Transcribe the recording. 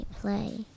play